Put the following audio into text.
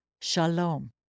Shalom